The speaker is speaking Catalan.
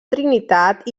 trinitat